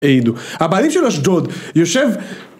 הבעלים של אשדוד יושב...